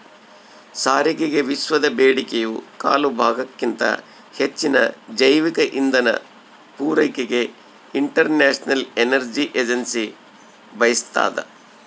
ಸಾರಿಗೆಗೆವಿಶ್ವದ ಬೇಡಿಕೆಯ ಕಾಲುಭಾಗಕ್ಕಿಂತ ಹೆಚ್ಚಿನ ಜೈವಿಕ ಇಂಧನ ಪೂರೈಕೆಗೆ ಇಂಟರ್ನ್ಯಾಷನಲ್ ಎನರ್ಜಿ ಏಜೆನ್ಸಿ ಬಯಸ್ತಾದ